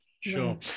Sure